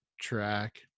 track